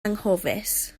anghofus